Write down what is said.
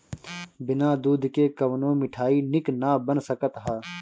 बिना दूध के कवनो मिठाई निक ना बन सकत हअ